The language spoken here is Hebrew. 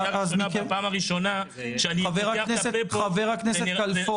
בפעם הראשונה שאני פותח את הפה פה --- חבר הכנסת כלפון.